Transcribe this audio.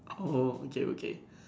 oh okay okay